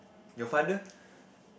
your father